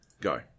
Go